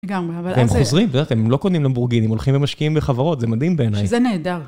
גם הם חוזרים, הם לא קונים למבורגיני, הולכים ומשקיעים בחברות, זה מדהים בעיניי. שזה נהדר.